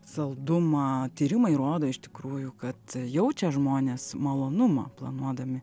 saldumą tyrimai rodo iš tikrųjų kad jaučia žmonės malonumą planuodami